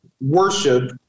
worship